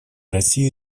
россии